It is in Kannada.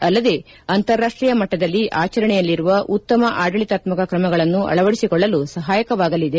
ಅಲ್ಲದೆ ಅಂತಾರಾಷ್ಟೀಯ ಮಟ್ಟದಲ್ಲಿ ಆಚರಣೆಯಲ್ಲಿರುವ ಉತ್ತಮ ಆಡಳಿತಾತ್ತಕ ಕ್ರಮಗಳನ್ನು ಅಳವಡಿಸಿಕೊಳ್ಳಲು ಸಹಾಯಕವಾಗಲಿದೆ